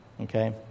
Okay